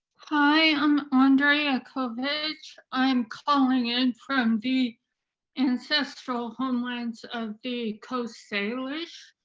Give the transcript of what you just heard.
hi, i'm andrea kovich. i am calling in from the ancestral homelands of the coast salish,